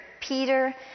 Peter